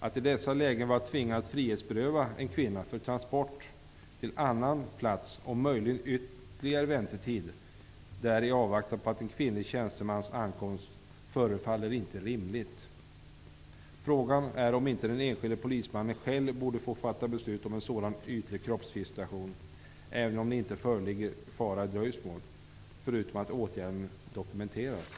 Att i dessa lägen tvingas att frihetsberöva en kvinna för transport till annan plats, med eventuell ytterligare väntetid där i avvaktan på en kvinnlig tjänstemans ankomst, förefaller inte vara rimligt. Frågan är om inte den enskilde polismannen själv borde få fatta beslut om en sådan ytlig kroppsvisitation, även om det inte föreligger fara i dröjsmål, förutsatt att åtgärden dokumenteras.